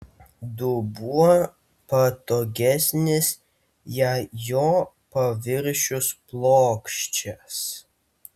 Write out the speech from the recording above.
dubuo patogesnis jei jo paviršius plokščias